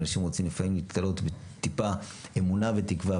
אנשים רוצים לפעמים להיתלות בטיפה אמונה ותקווה,